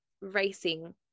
racing